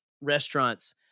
restaurants